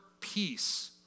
peace